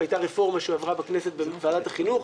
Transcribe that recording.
הייתה רפורמה שעברה בכנסת בוועדת החינוך,